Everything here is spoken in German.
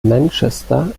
manchester